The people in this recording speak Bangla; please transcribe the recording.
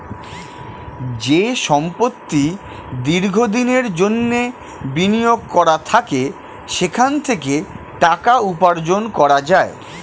যে সম্পত্তি দীর্ঘ দিনের জন্যে বিনিয়োগ করা থাকে সেখান থেকে টাকা উপার্জন করা যায়